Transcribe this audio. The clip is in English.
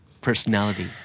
personality